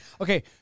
Okay